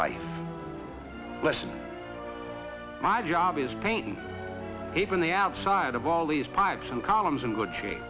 life lesson my job is painting even the outside of all these pipes and columns in good shape